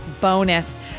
bonus